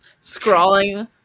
scrawling